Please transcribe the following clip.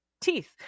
teeth